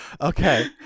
Okay